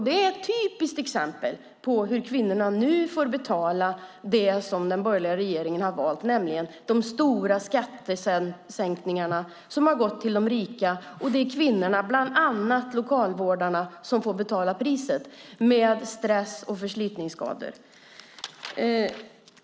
Det är ett typiskt exempel på hur kvinnorna nu får betala det som den borgerliga regeringen har valt, nämligen de stora skattesänkningarna som har gått till de rika. Det är kvinnorna, bland annat lokalvårdarna, som får betala priset med stress och förslitningsskador.